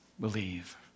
Believe